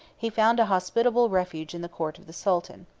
he found a hospitable refuge in the court of the sultan.